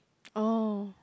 oh